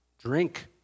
drink